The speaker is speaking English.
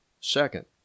Second